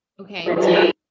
okay